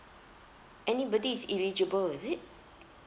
anybody is eligible is it